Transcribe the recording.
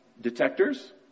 detectors